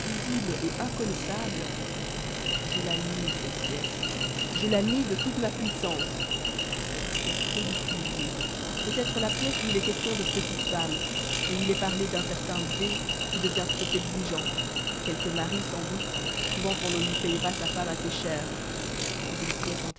invisible et inconnaissable je la nie cette pièce je la nie de toute ma puissance une pièce ridicule oui peut-être la pièce où il est question de petites femmes et où il est parlé d'un certain d qui devient trop exigeant quelque mari sans doute trouvant qu'on ne lui payait pas sa femme assez cher mais une pièce